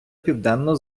південно